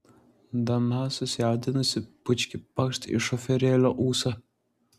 dana susijaudinusi bučkį pakšt į šoferėlio ūsą